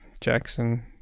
Jackson